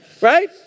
right